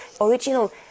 original